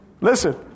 Listen